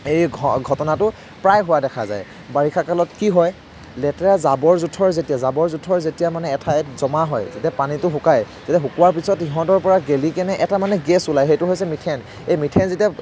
এই ঘটনাটো প্ৰায় হোৱা দেখা যায় বাৰিষা কালত কি হয় লেতেৰা জাৱৰ জোঁথৰ যেতিয়া জাবৰ জোঁথৰ যেতিয়া মানে এঠাইত জমা হয় যেতিয়া পানীতো শুকাই তেতিয়া শুকোৱাৰ পিছত সিহঁতৰ পৰা গেলি কিনে এটা মানে গেছ ওলাই সেইটো হৈছে মিথেন এই মিথেন যেতিয়া